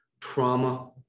Trauma